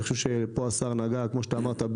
אני חושב שפה השר נגע כמו שאתה אמרת,